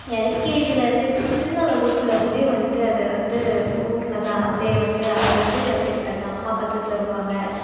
எல்கேஜிலிருந்தே சின்ன வகுப்புலிருந்தே வந்து அதை வந்து ஊறினதா அப்படியே வந்து அதிலேருந்தே கற்றுக்கிட்டதுதான் அம்மா கற்றுத்தருவாங்க